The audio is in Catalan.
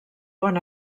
bon